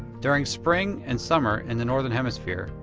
during spring and summer, in the northern hemisphere,